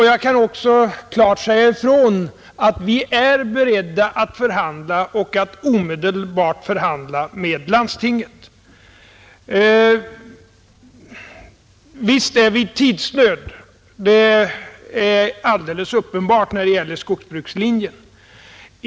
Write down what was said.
Jag kan också klart säga att vi är beredda att omedelbart förhandla med landstingen. Visst är vi i tidsnöd — det är alldeles uppenbart — när det gäller skogsbrukslinjen.